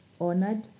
honored